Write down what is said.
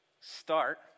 Start